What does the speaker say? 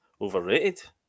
overrated